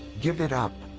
give it up.